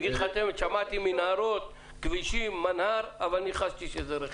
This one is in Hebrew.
שמעתי מנהרות, כבישים, אבל ניחשתי שזה רכש.